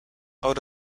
out